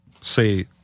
say